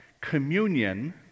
communion